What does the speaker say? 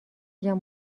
جان